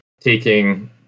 taking